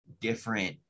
different